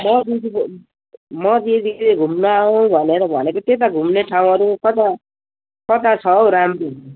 म म दिदी घुम्न आउँ भनेर भनेको त्यता घुम्ने ठाउँहरू कता कता छ हौ राम्रो